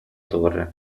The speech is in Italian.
torre